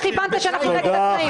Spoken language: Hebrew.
איך הבנת שאנחנו נגד עצמאים?